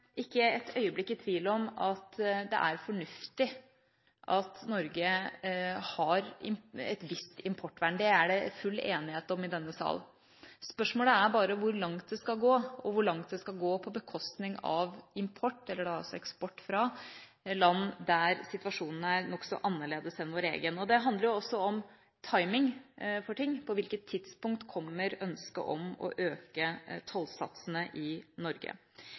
ikke et øyeblikk i tvil om at det er fornuftig at Norge har et visst importvern. Det er det full enighet om i denne sal. Spørsmålet er bare hvor langt det skal gå, og hvor langt det skal gå på bekostning av import, eller da eksport, fra land der situasjonen er nokså annerledes enn vår egen. Det handler også om timing: På hvilket tidspunkt kommer ønsket om å øke tollsatsene i Norge?